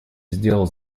сделал